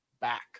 back